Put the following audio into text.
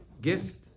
gift